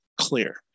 clear